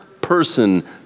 person